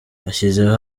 ashyizeho